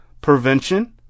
prevention